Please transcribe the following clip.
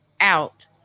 out